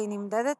והיא נמדדת